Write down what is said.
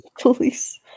Police